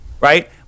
right